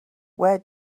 where